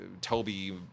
Toby